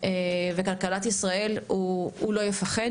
וכלכלת ישראל הוא לא יפחד.